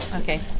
ok